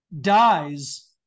dies